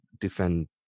defend